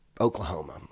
Oklahoma